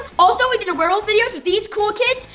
also, we did a werewolf videos with these cool kids,